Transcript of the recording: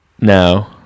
No